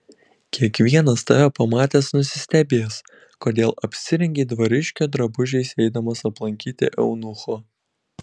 kiekvienas tave pamatęs nusistebės kodėl apsirengei dvariškio drabužiais eidamas aplankyti eunucho